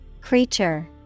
Creature